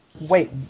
Wait